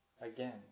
again